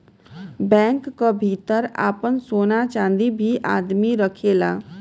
bank क भितर आपन सोना चांदी भी आदमी रखेला